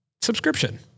subscription